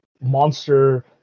monster